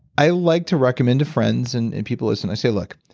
i like to recommend to friends and and people listening. i say, look,